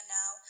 now